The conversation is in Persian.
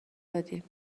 دادیم